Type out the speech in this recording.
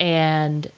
and